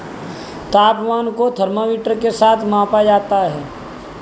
तापमान को थर्मामीटर के साथ मापा जाता है